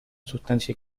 sustancia